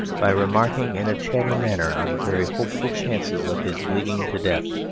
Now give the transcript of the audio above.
by remarking in a chatty manner on the very hopeful chances of his bleeding to death.